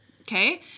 Okay